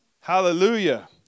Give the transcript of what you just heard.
Hallelujah